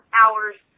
hours